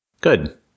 good